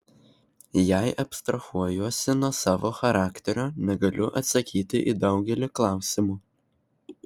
jei abstrahuojuosi nuo savo charakterio negaliu atsakyti į daugelį klausimų